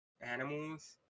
animals